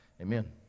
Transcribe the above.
Amen